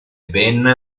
ben